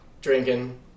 drinking